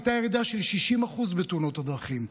הייתה ירידה של 60% בתאונות הדרכים,